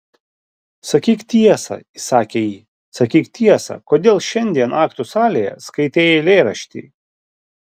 sakyk tiesą įsakė ji sakyk tiesą kodėl šiandien aktų salėje skaitei eilėraštį